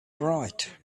bright